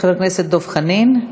חבר הכנסת דב חנין,